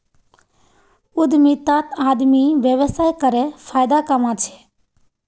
उद्यमितात आदमी व्यवसाय करे फायदा कमा छे